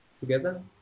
together